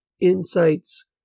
insights